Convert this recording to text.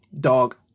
Dog